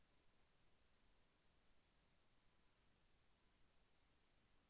మిరపకు నీళ్ళు పోయడానికి మోటారు మంచిదా?